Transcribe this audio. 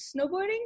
snowboarding